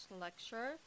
Lecture